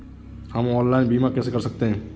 हम ऑनलाइन बीमा कैसे कर सकते हैं?